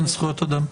בבקשה.